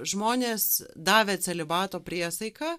žmonės davę celibato priesaiką